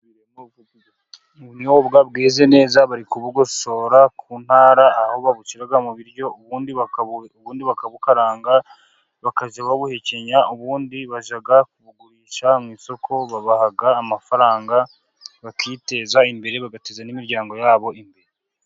Ubunyobwa bweze neza bari kubugosora ku ntara aho babushyira mu biryo ubundi ubundi bakabukaranga bakajya babuhekenya, ubundi bajyaga kubugurisha mu isoko babaha amafaranga bakiteza imbere bagateza n'imiryango yabo imbere.